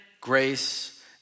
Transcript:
grace